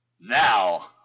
now